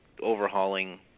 overhauling